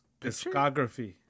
Discography